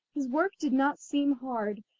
his work did not seem hard,